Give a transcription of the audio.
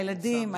הילדים,